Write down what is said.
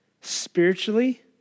spiritually